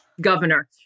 governor